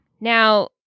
now